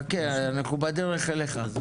חכה אנחנו בדרך אליך.